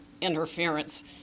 interference